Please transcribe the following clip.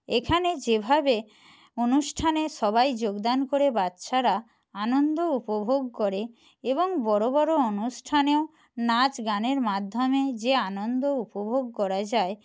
এখানে যেভাবে অনুষ্ঠানে সবাই যোগদান করে বাচ্চারা আনন্দ উপভোগ করে এবং বড়ো বড়ো অনুষ্ঠানেও নাচ গানের মাধ্যমে যে আনন্দ উপভোগ করা যায়